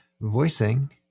voicing